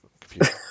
confused